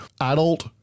adult